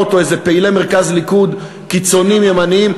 או איזה פעילי מרכז ליכוד קיצונים ימנים,